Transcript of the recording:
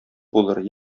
булыр